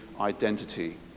identity